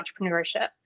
entrepreneurship